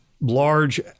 large